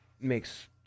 makes